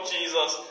Jesus